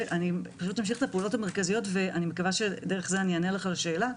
אמשיך את הפעולות המרכזיות ואני מקווה שדרך זה אענה לך על השאלה.